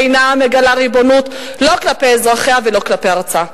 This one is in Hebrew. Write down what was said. אינה מגלה ריבונות לא כלפי אזרחיה ולא כלפי ארצה.